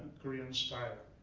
korean style.